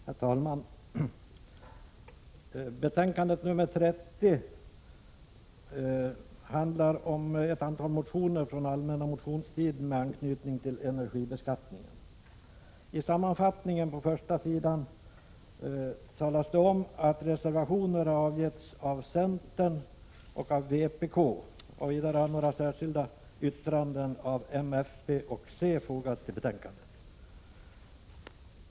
Herr talman! Betänkandet nr 30 behandlar ett antal motioner från den allmänna motionstiden med anknytning till energibeskattningen. I sammanfattningen på första sidan talas det om att reservationer har avgetts av centern och av vpk och vidare att några särskilda yttranden av moderaterna, folkpartiet och centern har fogats till betänkandet.